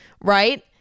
right